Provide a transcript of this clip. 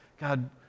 God